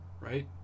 Right